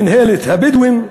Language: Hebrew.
מינהלת הבדואים,